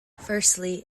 firstly